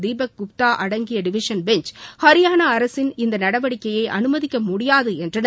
தீபக் குப்தா ஆகியோரடங்கிய division bench Haryana அரசின் இந்த நடவடிக்கையை அமுதிக்க முடியாது என்றனர்